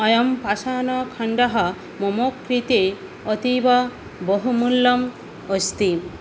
अयं पाषाणखण्डः मम कृते अतीवबहुमूल्यम् अस्ति